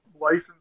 license